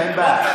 אין בעיה.